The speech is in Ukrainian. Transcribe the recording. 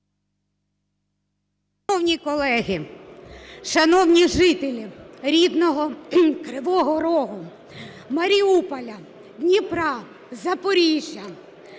Шановні колеги, шановні жителі рідного Кривого Рогу, Маріуполя, Дніпра, Запоріжжя!